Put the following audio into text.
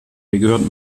gehört